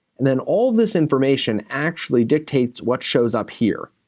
and then all this information actually dictates what shows up here.